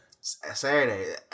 Saturday